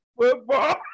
football